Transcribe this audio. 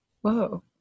Whoa